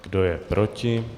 Kdo je proti?